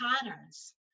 patterns